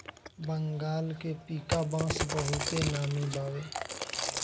बंगाल के पीका बांस बहुते नामी बावे